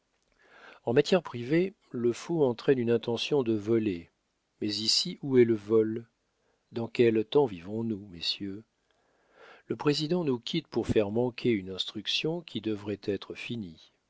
en matière privée le faux entraîne une intention de voler mais ici où est le vol dans quel temps vivons nous messieurs le président nous quitte pour faire manquer une instruction qui devrait être finie